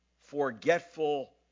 forgetful